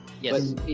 yes